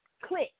click